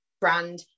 brand